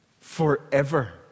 forever